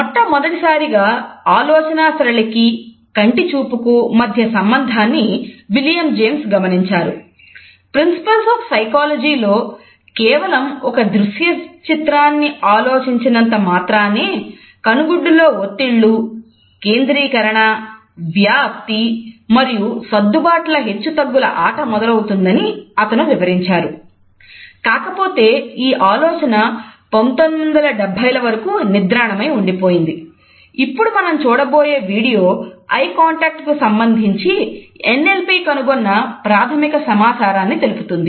మొట్టమొదటిసారిగా ఆలోచన సరళికి కంటి చూపుకు మధ్య సంబంధాన్నివిలియం జేమ్స్ కు సంబంధించి NLP కనుగొన్న ప్రాథమిక సమాచారాన్ని తెలుపుతుంది